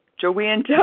Joanne